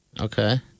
Okay